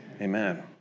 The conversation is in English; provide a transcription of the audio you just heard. Amen